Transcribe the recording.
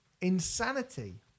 insanity